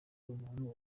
umuntu